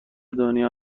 دنیا